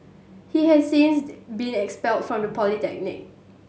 he has since been expelled from the polytechnic